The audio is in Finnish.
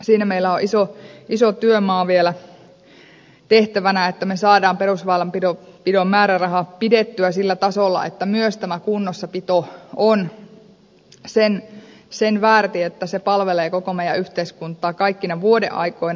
siinä meillä on iso työmaa vielä tehtävänä että me saamme perusväylänpidon määrärahan pidettyä sillä tasolla että myös tämä kunnossapito on sen väärti että se palvelee koko meidän yhteiskuntaamme kaikkina vuodenaikoina